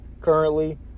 currently